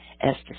Esther